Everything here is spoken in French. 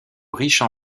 riches